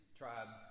tribe